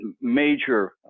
major